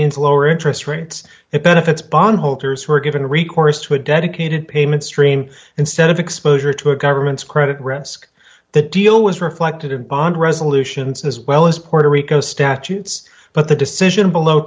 means lower interest rates it benefits bond holders who are given recourse to a dedicated payment stream instead of exposure to a government's credit risk the deal was reflected in bond resolutions as well as puerto rico statutes but the decision below